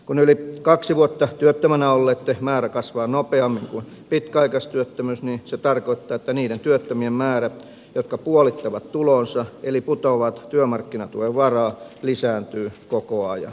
kun yli kaksi vuotta työttömänä olleitten määrä kasvaa nopeammin kuin pitkäaikaistyöttömyys niin se tarkoittaa että niiden työttömien määrä jotka puolittavat tulonsa eli putoavat työmarkkinatuen varaan lisääntyy koko ajan